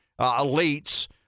elites